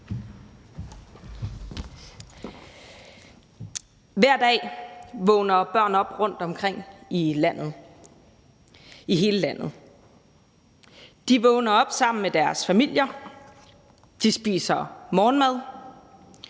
Hver dag vågner børn op rundtomkring i hele landet sammen med deres familier, de spiser morgenmad,